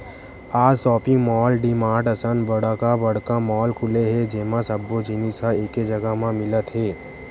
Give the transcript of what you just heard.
आज shopping mall, DMart असन बड़का बड़का मॉल खुले हे जेमा सब्बो जिनिस ह एके जघा म मिलत हे